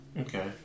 Okay